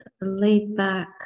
laid-back